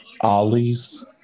Ollie's